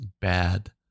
bad